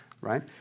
right